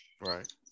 Right